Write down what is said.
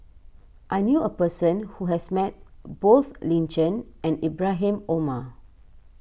I knew a person who has met both Lin Chen and Ibrahim Omar